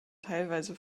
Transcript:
teilweise